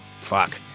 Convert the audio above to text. fuck